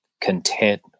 Content